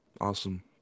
Awesome